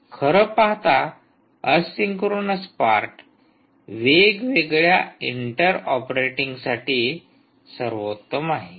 खरं पाहता asynchronous part वेगवेगळ्या एन्व्हायरमेंटच्या इंटर ऑपरेटिंगसाठी सर्वोत्तम आहे